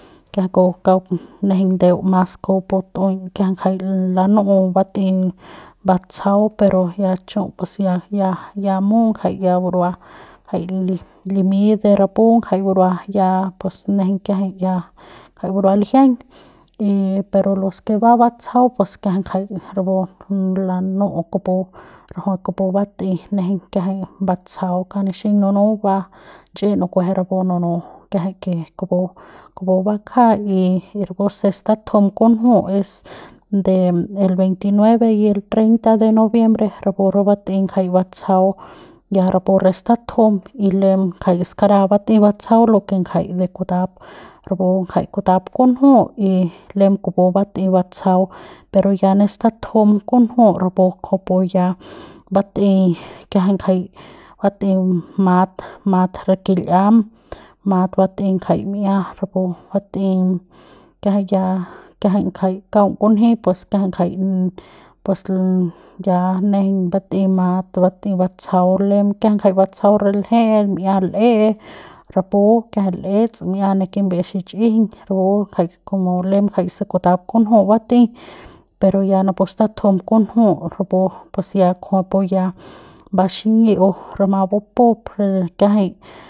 Kiajay kauk nejeiñ ndeu mas kupu tu'eiñ mbu lanu'u bat'ey batsajau pero ya chu pus ya ya ya mu ya ngaja burua ngajay burua limy de rapu ngajay burua ya pus nejeiñ kiajay ya ngajay burua lijiañ y pero lo que va batsajau pus kiajay ngajay rapu lanu'u kupu rajuik kubat'ey nejeiñ kiajay batsajau nixiñ nunu va chi'i nukueje rapu nunu kiajay que kupu kupu bakja y y rapu se statujum kunju es de el veintinueve y el treinta de noviembre es rapu re bat'ey kjay batsajau ya rapu re statujum y lem ngajay skaraja bat'ey batsajau lo que ngajay de kutap rapu ngajay kutap kunju y lem kupu bat'ey batsajau pero ya ne statujum kunju rapu kujupu ya bat'ey kiajay ngajay bat'ey mat mat mat re kil'iam mat bat'ey ngajay mi'ia rapu bat'ey kiajay ya kiajay ngajay kaung kunji pus kiajay ngajay pus nejeiñ bat'ey mat bat'ey batsajau lem kiajay ngajay batsajau re lje'e mi'ia l'e rapu mi'ia l'ets mi'ia ne kimbie xichijiñ rapu lem kjay como kjay se kutap kunju bat'ey lem ngajay se kutap kunju bat'ey pero ya se statujum kunju rapu pus ya kujupu ya baxiñi'iu rama bupup re kiajay.